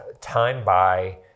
time-by